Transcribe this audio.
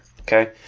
Okay